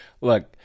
Look